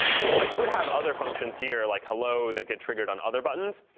and so i could have other functions here like hello that get triggered on other buttons,